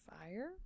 Fire